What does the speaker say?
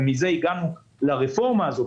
ומכך הגענו לרפורמה הזאת,